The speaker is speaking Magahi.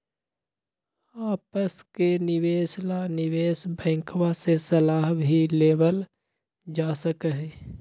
आपस के निवेश ला निवेश बैंकवा से सलाह भी लेवल जा सका हई